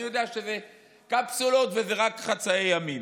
אני יודע שזה קפסולות וזה רק חצאי ימים.